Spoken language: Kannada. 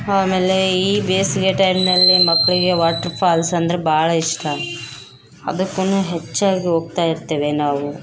ಆಮೇಲೆ ಈ ಬೇಸಿಗೆ ಟೈಮ್ನಲ್ಲಿ ಮಕ್ಕಳಿಗೆ ವಾಟ್ರು ಫಾಲ್ಸ್ ಅಂದ್ರೆ ಭಾಳ ಇಷ್ಟ ಅದಕ್ಕೂನು ಹೆಚ್ಚಾಗಿ ಹೋಗ್ತಾ ಇರ್ತೇವೆ ನಾವು